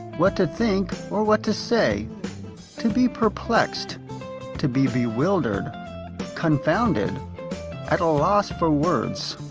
what to think, or what to say to be perplexed to be bewildered confounded at a loss for words.